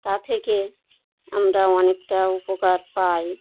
তা থেকে আমরা অনেকটা উপকার পাই